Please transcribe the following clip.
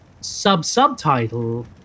sub-subtitle